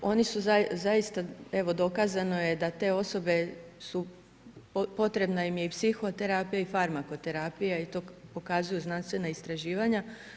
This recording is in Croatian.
Oni su zaista, evo dokazano je da te osobe potrebna im je i psihoterapija i farmakoterapija i to pokazuju znanstvena istraživanja.